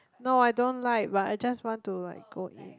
no I don't like but I just want to like go in